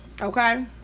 okay